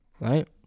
Right